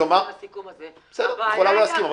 אחרי שהוא בודק --- זאת הבדיחה שספקים מעבירים